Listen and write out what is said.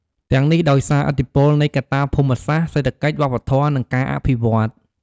ទាំងនេះដោយសារឥទ្ធិពលនៃកត្តាភូមិសាស្ត្រ សេដ្ឋកិច្ច វប្បធម៌ និងការអភិវឌ្ឍន៍។